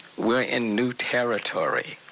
we're in new territory,